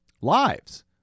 Lives